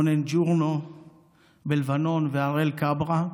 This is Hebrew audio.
רונן ג'ורנו בלבנון והראל כברה,